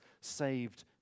saved